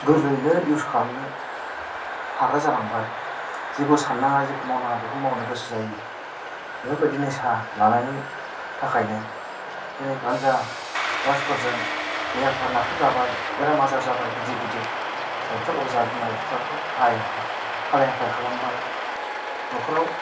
गोरलैनो इउस खालामनो हाग्रा जालांबाय जेखौ साननाङा जेखौ मावनाङा बेखौ मावनो गोसो जायो बेफोरबायदि निसा लानायनि थाखायनो जेरै गान्जा द्राक्सफोरजों देहाफ्रा नाख्रेब जाबाय बेराम आजार जाबाय गिदिर गिदिर डाक्टार जा बिमा फिफाखौ हाय हा हालाय हाफाय खालामबाय नखराव